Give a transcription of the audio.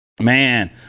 man